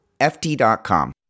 FT.com